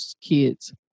kids